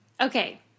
Okay